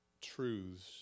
truths